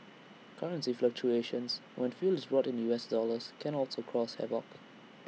currency fluctuations when fuel is bought in U S dollars can also cause havoc